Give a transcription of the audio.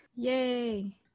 Yay